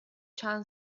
چند